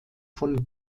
von